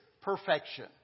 perfection